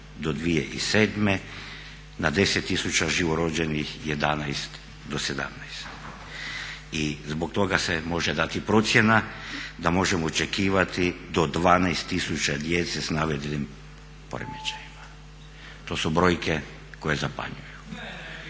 2007.na 10 tisuća živorođenih 11 do 17. I zbog toga se može dati procjena da možemo očekivati do 12 tisuća djece s navedenim poremećajima. To su brojke koje zapanjuju,